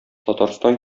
татарстан